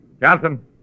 Johnson